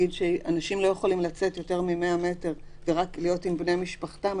שאנשים לא יכולים לצאת יותר מ-100 מטר ורק להיות עם בני משפחתם,